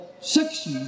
six